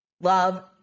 love